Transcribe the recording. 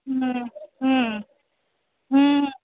হুম হুম হুম